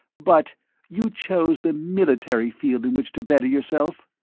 but you chose the military field in which to better yourself?